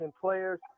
players